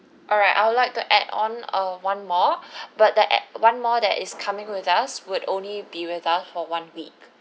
alright I will like to add on uh one more but the add one more that is coming with us would only be with us for one week